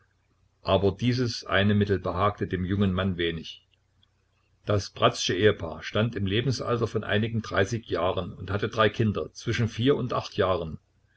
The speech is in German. aber dieses eine mittel behagte dem jungen mann wenig das bratzsche ehepaar stand im lebensalter von einigen dreißig jahren und hatte drei kinder zwischen vier und acht jahren